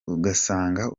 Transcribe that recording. ugasanga